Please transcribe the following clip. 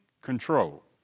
control